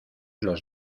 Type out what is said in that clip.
los